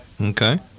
Okay